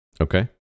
Okay